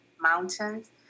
mountains